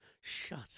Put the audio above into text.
shut